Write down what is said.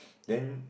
then